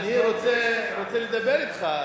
אני רוצה לדבר אתך,